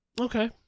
Okay